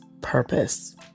purpose